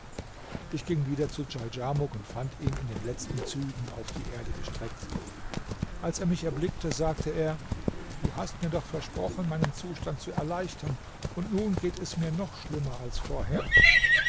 ich ging wieder zu djaldjamuk und fand ihn in den letzten zügen auf die erde gestreckt als er mich erblickte sagte er du hast mir doch versprochen meinen zustand zu erleichtern und nun geht es mir noch schlimmer als vorher